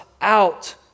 out